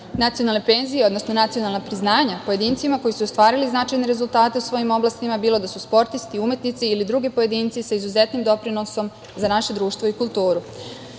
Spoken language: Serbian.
nacionalne penzije, odnosno nacionalna priznanja pojedincima koji su ostvarili značajne rezultate u svojim oblastima, bilo da su sportisti, umetnici ili drugi pojedinci sa izuzetnim doprinosom za naše društvo i kulturu. Pozvala